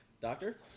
doctor